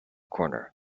corner